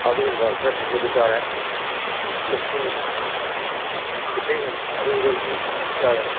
ꯑꯗꯨꯒꯨꯝꯕ ꯈꯔ ꯄꯤꯖꯕꯤ ꯇꯥꯔꯦ ꯑꯗ ꯏꯁꯤꯡ ꯐꯖꯅ ꯏꯁꯤꯡ ꯑꯔꯨꯕ ꯏꯁꯤꯡ ꯊꯝꯕꯤꯕ ꯇꯥꯔꯦ